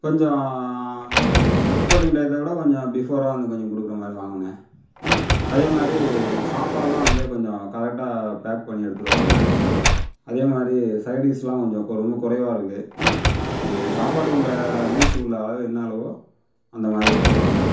கொஞ்சம் ரிப்போட்டிங் டையத்தை விட கொஞ்சம் பிஃபோராக வந்து கொஞ்சம் கொடுக்கிற மாதிரி வாங்கண்ணா அதேமாதிரி சாப்பாடுலாம் வந்து கொஞ்சம் கரெக்டாக பேக் பண்ணி எடுத்துகிட்டு வாங்க அதேமாதிரி சைடிஷ்லாம் கொஞ்சம் ரொம்ப குறைவாக இருக்கு அது சாப்பாட்டுக்கு உள்ள மீல்ஸ்க்கு உள்ள அளவு என்ன அளவோ அந்த மாதிரி எடுத்துகிட்டு வாங்க